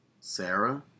Sarah